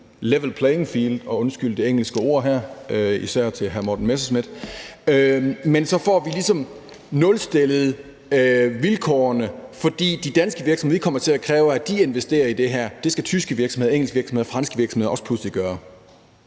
level playing field, og undskyld det engelske ord her, især til hr. Morten Messerschmidt, og så får vi ligesom nulstillet vilkårene, fordi de danske virksomheder kommer til at kræve, at de investerer i det her, og det skal tyske virksomheder, engelske virksomheder og franske virksomheder også pludselig gøre.